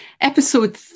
Episode